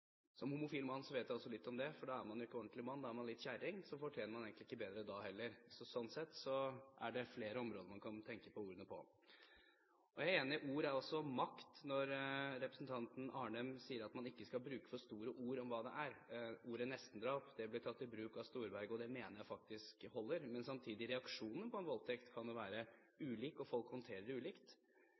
Som homofil mann vet jeg også litt om det – for da er man jo ikke ordentlig mann, man er litt kjerring, så man fortjener egentlig ikke bedre da heller. Sånn sett er det flere områder man kan tenke på ordene på. Jeg er enig – ord er altså makt – når representanten Arnem sier at man ikke skal bruke for store ord om hva voldtekt er. Ordet «nestendrap» ble tatt i bruk av Storberget, og det mener jeg faktisk holder, men samtidig: Reaksjonene på en voldtekt kan jo være ulike, og folk håndterer det ulikt.